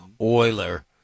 Oiler